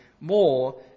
more